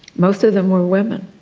most of them were women.